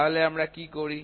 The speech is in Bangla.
তাহলে আমরা কি করি